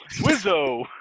Wizzo